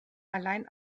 alleine